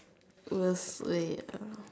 worst way uh